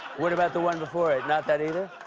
what about the one before it? not that, either?